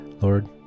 Lord